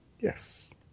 Yes